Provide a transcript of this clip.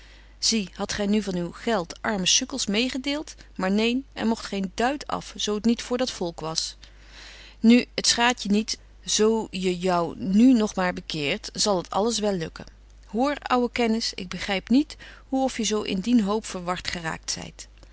zie hadt gy nu van uw geld arme sukkels meêgedeelt maar neen er mogt geen duit af zo t niet voor dat betje wolff en aagje deken historie van mejuffrouw sara burgerhart volk was nu t schaadt je niet zo je jou nu nog maar bekeert zal t alles wel lukken hoor ouwe kennis ik begryp niet hoe of je zo in dien hoop verwart geraakt zyt